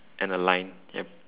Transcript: and a line yup